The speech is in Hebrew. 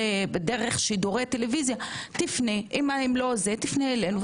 תפנה אלינו,